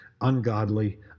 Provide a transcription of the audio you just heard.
ungodly